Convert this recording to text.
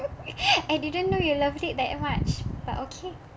I didn't know you loved it that much but okay